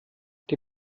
die